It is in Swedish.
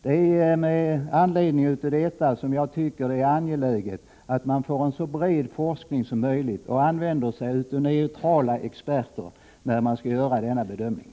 Det är med anledning av detta jag tycker att det är angeläget att en så bred forskning som möjligt kommer till stånd och att man använder sig av neutrala experter när man skall göra sådana bedömningar.